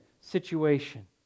situation